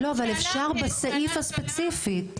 לא, אבל אפשר בסעיף הספציפי.